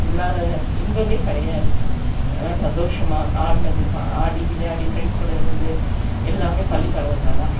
இல்லாத இன்பமே கிடையாது நல்ல சந்தோஷமாக ஆடினது ப ஆடி விளையாடி ஃப்ரெண்ட்ஸ் கூட இருந்து எல்லாமே பள்ளிப் பருவத்தில் தான்